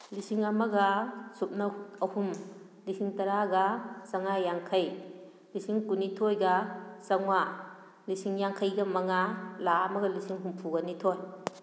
ꯂꯤꯁꯤꯡ ꯑꯃꯒ ꯁꯨꯞꯅ ꯑꯍꯨꯝ ꯂꯤꯁꯤꯡ ꯇꯔꯥꯒ ꯆꯃꯉꯥ ꯌꯥꯡꯈꯩ ꯂꯤꯁꯤꯡ ꯀꯨꯟꯅꯤꯊꯣꯏꯒ ꯆꯃꯉꯥ ꯂꯤꯁꯤꯡ ꯌꯥꯡꯈꯩꯒ ꯃꯉꯥ ꯂꯥꯛ ꯑꯃꯒ ꯂꯤꯁꯤꯡ ꯍꯨꯝꯐꯨꯒ ꯅꯤꯊꯣꯏ